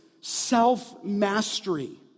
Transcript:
self-mastery